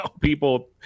people